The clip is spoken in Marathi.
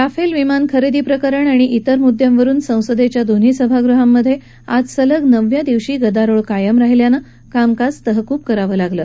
राफेल विमान खरेदी प्रकरण आणि तिर मुद्यांवरुन संसदेच्या दोन्ही सभागृहांमध्ये आज सलग नवव्या दिवशी गदारोळ कायम राहिल्यानं कामकाज तहकूब करावं लागलं